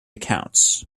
accounts